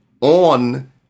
on